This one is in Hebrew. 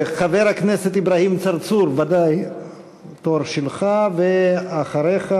חבר הכנסת אברהים צרצור, ודאי תורך, ואחריך,